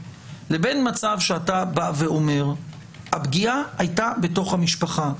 לבין מצב שאתה בא ואומר שהפגיעה הייתה בתוך המשפחה.